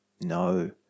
No